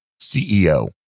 CEO